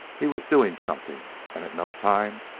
he was doing something. and at no time,